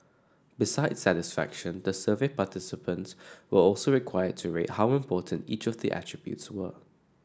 besides satisfaction the survey participants were also required to rate how important each of the attributes were